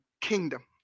kingdom